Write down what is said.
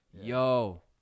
Yo